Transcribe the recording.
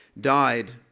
died